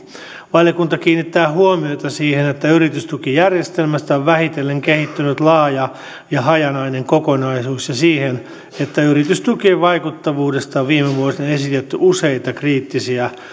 valiokunta kiinnittää huomiota siihen että yritystukijärjestelmästä on vähitellen kehittynyt laaja ja hajanainen kokonaisuus ja siihen että yritystukien vaikuttavuudesta on viime vuosina esitetty useita kriittisiä